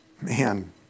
Man